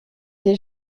des